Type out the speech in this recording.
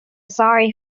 sorry